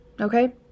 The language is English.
okay